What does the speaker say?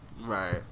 Right